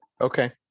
Okay